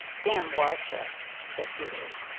damn warwickshire! said doodles,